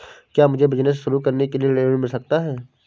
क्या मुझे बिजनेस शुरू करने के लिए ऋण मिल सकता है?